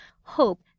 hope